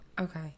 Okay